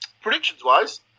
Predictions-wise